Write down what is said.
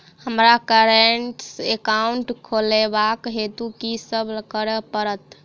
हमरा current account खोलेवाक हेतु की सब करऽ पड़त?